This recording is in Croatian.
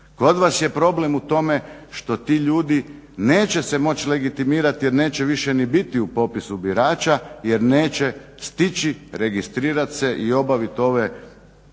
Kod vas je problem u tome što ti ljudi neće se moći legitimirati jer neće više ni biti u popisu birača jer neće stići registrirati se i obaviti ove poslove